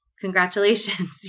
Congratulations